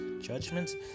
judgments